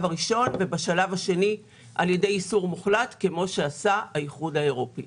הראשון ובשלב השני על ידי איסור מוחלט כמו שעשה האיחוד האירופי.